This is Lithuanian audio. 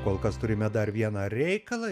kol kas turime dar vieną reikalą